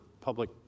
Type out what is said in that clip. public